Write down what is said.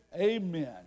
Amen